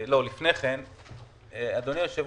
אדוני היושב-ראש,